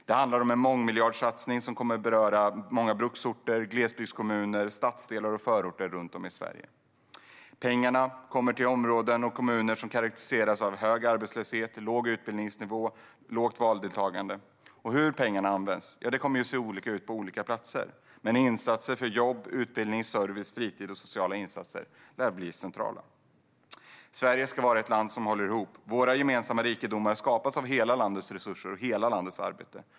Det handlar om en mångmiljardsatsning som kommer att beröra många bruksorter, glesbygdskommuner, stadsdelar och förorter runt om i Sverige. Pengarna kommer till kommuner och områden som karaktäriseras av hög arbetslöshet, låg utbildningsnivå och lågt valdeltagande. Hur pengarna används kommer att se olika ut på olika platser, men insatser för jobb, utbildning, service, fritid och sociala insatser lär bli centrala. Sverige ska vara ett land som håller ihop. Våra gemensamma rikedomar skapas av hela landets resurser och hela landets arbete.